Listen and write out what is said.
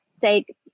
take